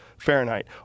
Fahrenheit